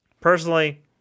Personally